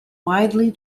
widely